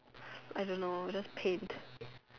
I don't know just paint